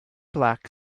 black